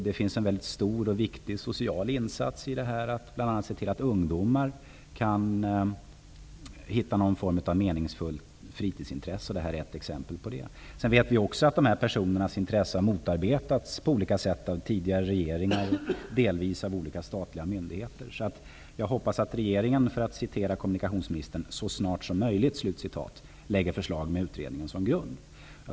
Det finns en stor och viktig social insats i att bl.a. se till att ungdomar kan hitta någon form av meningsfullt fritidsintresse. Detta är ett exempel på ett sådant. Vi vet också att dessa personers intresse har motarbetats på olika sätt av tidigare regeringar och delvis av olika statliga myndigheter. Jag hoppas att regeringen, för att citera kommunikationsministern, ''så snart som möjligt'' lägger fram förslag med utredningen som grund.